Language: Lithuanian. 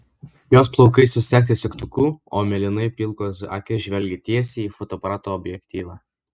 jos plaukai susegti segtuku o mėlynai pilkos akys žvelgia tiesiai į fotoaparato objektyvą